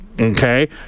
Okay